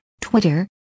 Twitter